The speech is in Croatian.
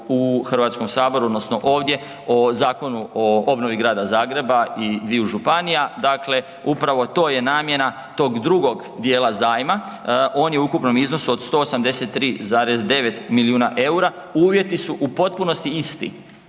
u Hrvatskom saboru odnosno ovdje o Zakonu o obnovi Grada Zagreba i dviju županija, dakle upravo to je namjena tog drugog dijela zajma. On je u ukupnom iznosu od 183,9 milijuna eura. Uvjeti su u potpunosti isti